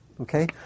Okay